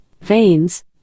Veins